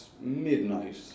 midnight